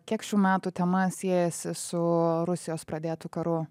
kiek šių metų tema siejasi su rusijos pradėtu karu